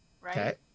right